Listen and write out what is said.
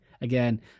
again